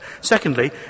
Secondly